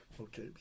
Okay